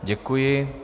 Děkuji.